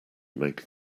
make